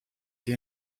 the